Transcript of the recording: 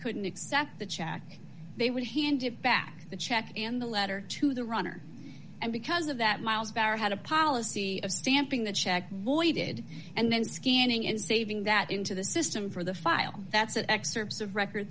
couldn't accept the check they would hand it back the check and the letter to the runner and because of that miles barrett had a policy of stamping the check voided and then scanning and saving that into the system for the file that's at excerpts of record